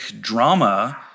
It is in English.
drama